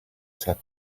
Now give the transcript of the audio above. said